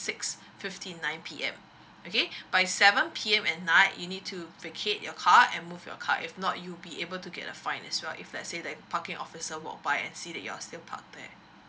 six fifty nine P_M okay by seven P_M at night you need to vacate your car and move your car if not you will be able to get a fine as well if let's say like parking officer walk by and see that you're still park there